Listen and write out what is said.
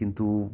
কিন্তু